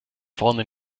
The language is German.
vorne